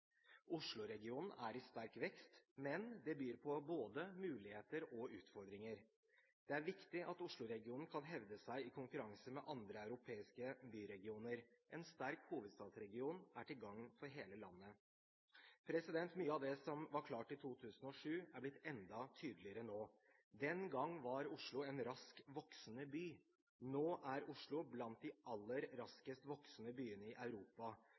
er i sterk vekst, men det byr på både muligheter og utfordringer. Det er viktig at Oslo-regionen kan hevde seg i konkurranse med andre europeiske byregioner. En sterk hovedstadsregion er til gagn for hele landet. Mye av det som var klart i 2007, er blitt enda tydeligere nå. Den gang var Oslo en raskt voksende by. Nå er Oslo blant de aller raskest voksende byene i Europa.